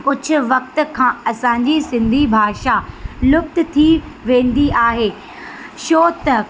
कुझु वक़्त खां असांजी सिंधी भाषा लुप्त थी वेंदी आहे छो त